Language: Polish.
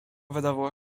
wydawało